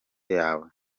yawe